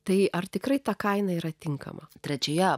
tai ar tikrai ta kaina yra tinkama trečioje